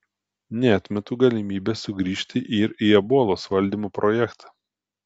neatmetu galimybės sugrįžti ir į ebolos valdymo projektą